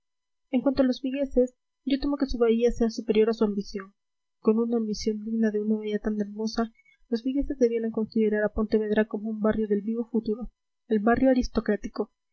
en cuanto a los vigueses yo temo que su bahía sea superior a su ambición con una ambición digna de una bahía tan hermosa los vigueses debieran considerar a pontevedra como un barrio del vigo futuro el barrio aristocrático